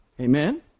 Amen